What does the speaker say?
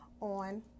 on